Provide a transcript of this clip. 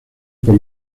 por